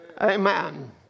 Amen